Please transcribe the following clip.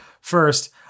first